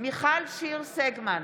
מיכל שיר סגמן,